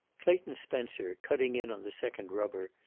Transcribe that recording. clayton spencer, cutting in on the second rubber,